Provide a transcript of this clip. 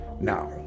Now